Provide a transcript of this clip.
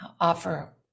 offer